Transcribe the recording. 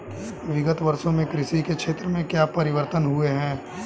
विगत वर्षों में कृषि के क्षेत्र में क्या परिवर्तन हुए हैं?